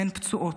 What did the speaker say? הן פצועות.